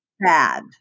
bad